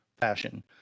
fashion